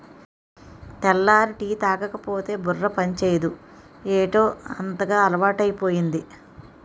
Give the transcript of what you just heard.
తెల్లారి టీ తాగకపోతే బుర్ర పనిచేయదు ఏటౌ అంతగా అలవాటైపోయింది